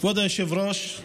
כבוד היושב-ראש,